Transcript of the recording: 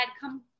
come